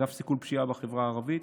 אגף סיכול פשיעה בחברה הערבית,